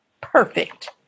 Perfect